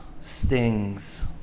stings